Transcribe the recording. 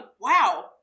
Wow